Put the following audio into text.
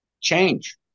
Change